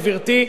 גברתי,